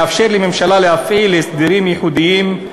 מאפשר לממשלה להפעיל הסדרים ייחודיים,